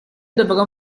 dovrò